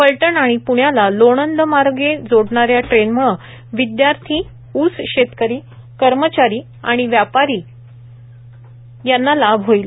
फलटण आणि पुण्याला लोणंद मार्गे जोडणाऱ्या ट्रेनमुळे विद्यार्थी ऊस शेतकरी कर्मचारी आणि व्यापारी यांना लाभ होईल